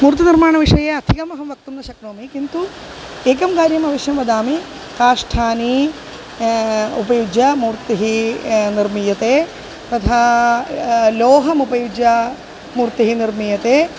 मूर्तिनिर्माणविषये अधिकमहं वक्तुं न शक्नोमि किन्तु एकं कार्यम् अवश्यं वदामि काष्ठानि उपयुज्य मूर्तिः निर्मीयते तथा लोहमुपयुज्य मूर्तिः निर्मीयते